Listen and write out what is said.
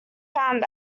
found